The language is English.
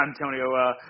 Antonio